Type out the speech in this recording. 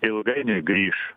ilgainiui grįš